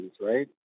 right